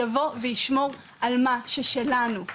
יבוא וישמור על מה ששלנו.